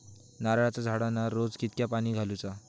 नारळाचा झाडांना रोज कितक्या पाणी घालुचा?